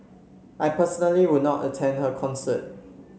I personally would not attend her concert